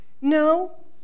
no